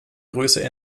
größere